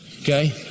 okay